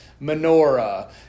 Menorah